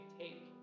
take